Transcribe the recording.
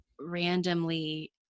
randomly